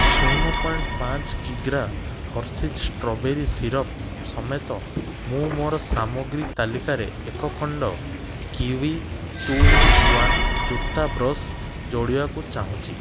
ଶୂନ ପଏଣ୍ଟ୍ ପାଞ୍ଚ କିଗ୍ରା ହର୍ଷିଜ୍ ଷ୍ଟ୍ରବେରୀ ସିରପ୍ ସମେତ ମୁଁ ମୋର ସାମଗ୍ରୀ ତାଲିକାରେ ଏକ ଖଣ୍ଡ କିୱି ଟୁ ଇନ୍ ୱାନ୍ ଜୋତା ବ୍ରଶ୍ ଯୋଡ଼ିବାକୁ ଚାହୁଁଛି